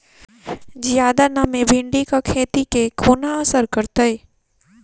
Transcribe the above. जियादा नमी भिंडीक खेती केँ कोना असर करतै?